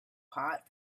hot